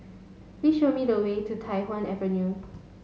please show me the way to Tai Hwan Avenue